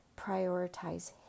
prioritize